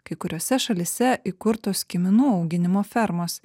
kai kuriose šalyse įkurtos kiminų auginimo fermos